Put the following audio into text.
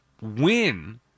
win